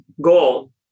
goal